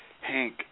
Hank